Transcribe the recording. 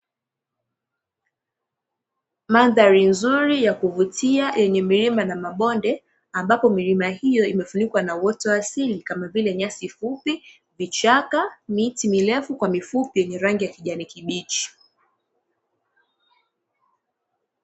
Mandhari nzuri ya kuvutia yenye milima na mabonde ambapo milima hiyo imefunikwa na uoto wa asili kama vile nyasi fupi, vichaka, miti merufu kwa mifupi yenye rangi ya kijani kibichi.